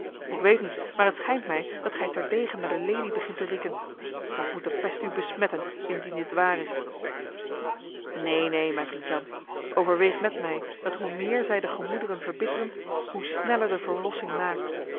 ik weet niet maar het schijnt mij dat gij terdege naar de lelie begint te rieken dan moet de pest u besmetten indien dit waar is neen neen mijn vriend jan overweeg met mij dat hoe meer zij de gemoederen verbitteren hoe sneller